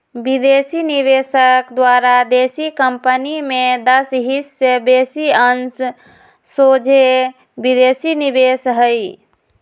विदेशी निवेशक द्वारा देशी कंपनी में दस हिस् से बेशी अंश सोझे विदेशी निवेश हइ